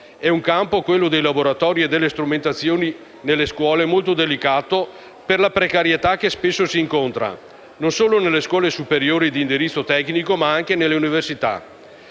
È un campo, quello dei laboratori e delle strumentazioni nelle scuole, molto delicato, per la precarietà che spesso si incontra, e non solo nelle scuole superiori di indirizzo tecnico, ma anche nelle università.